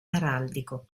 araldico